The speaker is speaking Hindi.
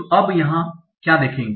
तो हम यहाँ क्या देखेंगे